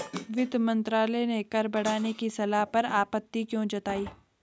वित्त मंत्रालय ने कर बढ़ाने की सलाह पर आपत्ति क्यों जताई?